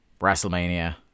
WrestleMania